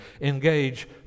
engage